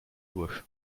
durch